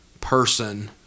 person